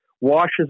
washes